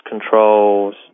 controls